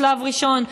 בשלב ראשון,